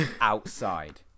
outside